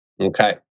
Okay